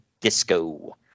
Disco